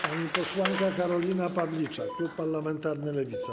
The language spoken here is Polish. Pani posłanka Karolina Pawliczak, klub parlamentarny Lewica.